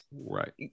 Right